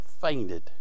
fainted